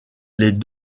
les